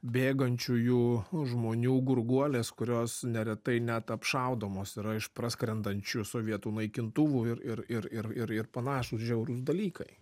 bėgančiųjų žmonių gurguolės kurios neretai net apšaudomos iš praskrendančių sovietų naikintuvų ir ir ir ir ir ir panašūs žiaurūs dalykai